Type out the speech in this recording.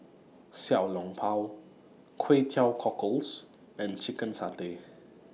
Xiao Long Bao Kway Teow Cockles and Chicken Satay